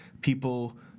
people